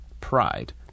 pride